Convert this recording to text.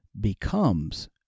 becomes